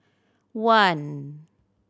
one